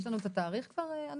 יש לנו את התאריך כבר ענת?